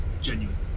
genuine